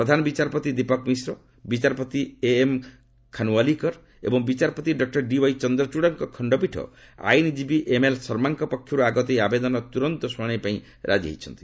ପ୍ରଧାନ ବିଚାରପତି ଦୀପକ୍ ମିଶ୍ର ବିଚାରପତି ଏମଏମ୍ ଖାନ୍ୱିଲ୍କର ଏବଂ ବିଚାରପତି ଡକ୍ଟର ଡିୱାଇ ଚନ୍ଦ୍ରଚତ୍ତଙ୍କ ଖଣ୍ଡପୀଠ ଆଇନଜୀବୀ ଏମ୍ଏଲ୍ ଶର୍ମାଙ୍କ ପକ୍ଷରୁ ଆଗତ ଏହି ଆବେଦନର ତୁରନ୍ତ ଶୁଣାଣି ପାଇଁ ରାଜି ହୋଇଛନ୍ତି